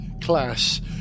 Class